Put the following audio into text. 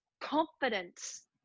confidence